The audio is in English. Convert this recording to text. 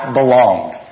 belonged